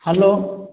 hello